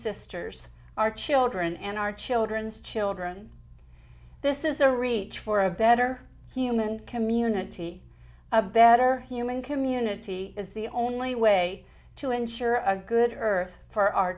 sisters our children and our children's children this is a reach for a better human community a better human community is the only way to ensure a good earth for our